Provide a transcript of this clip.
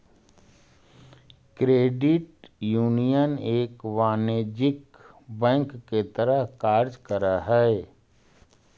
credit union एक वाणिज्यिक bank के तरह कार्य करऽ हइ